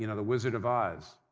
you know the wizard of oz.